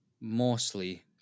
mostly